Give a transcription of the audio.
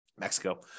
Mexico